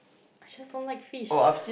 I just don't like fish